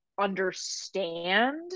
understand